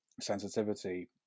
sensitivity